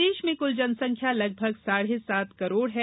मध्यप्रदेश में कुल जनसंख्या लगभग साढे सात करोड़ है